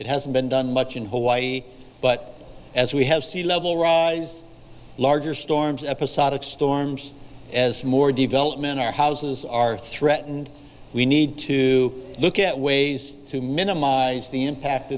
it hasn't been done much in hawaii but as we have sea level rise larger storms episodic storms as more development our houses are threatened we need to look at ways to minimize the impact